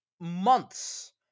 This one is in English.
months